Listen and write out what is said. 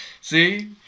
See